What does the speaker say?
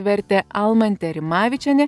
vertė almantė rimavičienė